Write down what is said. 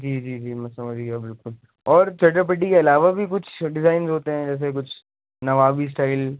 جی جی جی بالکل اور چھٹا پٹی کے علاوہ بھی کچھ ڈیزائنز ہوتے ہیں جیسے کچھ نوابی اسٹائل